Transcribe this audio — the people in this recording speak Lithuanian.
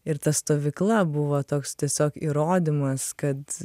ir ta stovykla buvo toks tiesiog įrodymas kad